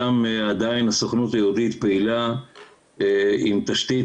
שם עדיין הסוכנות היהודית פעילה עם תשתית